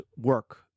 work